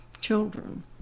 children